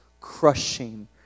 crushing